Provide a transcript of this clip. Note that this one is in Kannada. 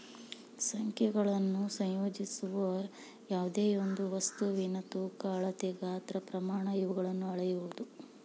ಸಂಖ್ಯೆಗಳನ್ನು ಸಂಯೋಜಿಸುವ ಯಾವ್ದೆಯೊಂದು ವಸ್ತುವಿನ ತೂಕ ಅಳತೆ ಗಾತ್ರ ಪ್ರಮಾಣ ಇವುಗಳನ್ನು ಅಳೆಯುವುದು